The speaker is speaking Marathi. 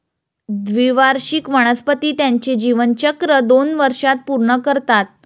द्विवार्षिक वनस्पती त्यांचे जीवनचक्र दोन वर्षांत पूर्ण करतात